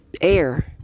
Air